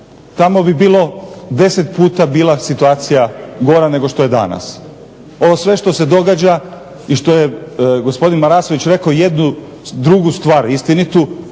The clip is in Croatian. tamo bi bila 10 puta situacija gora nego što je danas. Ovo sve što se događa i što je gospodin Marasović rekao jednu drugu stvar istinitu,